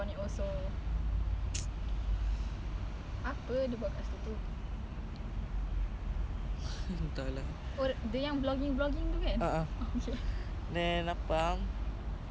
ya exactly I was like eh bukan ke tadi kita berbual pasal motor um sports bikes or street bikes